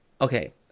okay